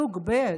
סוג ב'.